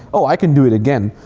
oh, i can do it again.